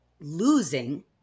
losing